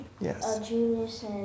Yes